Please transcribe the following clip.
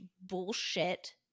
bullshit